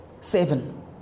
seven